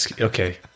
Okay